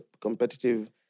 competitive